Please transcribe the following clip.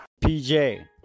PJ